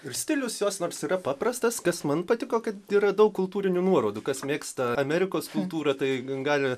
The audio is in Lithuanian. ir stilius jos nors yra paprastas kas man patiko kad yra daug kultūrinių nuorodų kas mėgsta amerikos kultūrą tai gali